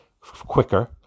quicker